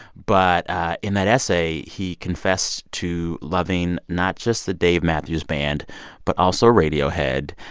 but in that essay, he confessed to loving not just the dave matthews band but also radiohead.